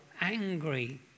angry